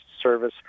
Service